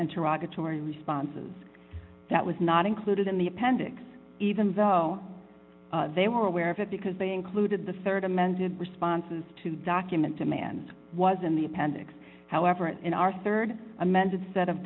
interactive torn responses that was not included in the appendix even though they were aware of it because they included the rd amended responses to document demand was in the appendix however in our rd amended set of